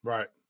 Right